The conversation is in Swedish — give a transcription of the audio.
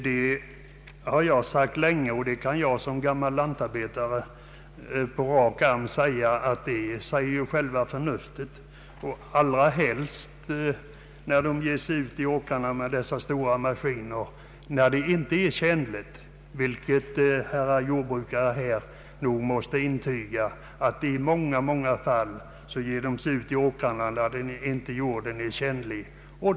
Det har jag sagt länge, och som gammal lantarbetare tycker jag att man förstår det med bara sunt förnuft. I synnerhet är det naturligtvis olämpligt att ge sig ut på åkrarna med stora maskiner när jorden inte är tjänlig. Herrar jordbrukare här i kammaren måste kunna intyga att nog ger man sig ofta ut på åkrarna med tunga maskiner, när jorden inte är tjänlig härför.